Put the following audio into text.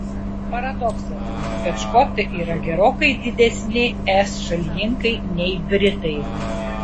paradoksas bet škotai yra gerokai didesni es šalininkai nei britai